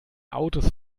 autos